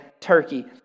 Turkey